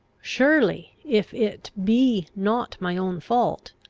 surely, if it be not my own fault,